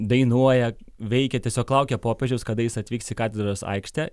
dainuoja veikia tiesiog laukia popiežiaus kada jis atvyks į katedros aikštę